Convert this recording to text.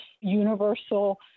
universal